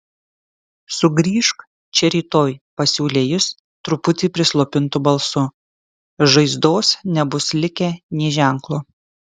sugrįžk čia rytoj pasiūlė jis truputį prislopintu balsu žaizdos nebus likę nė ženklo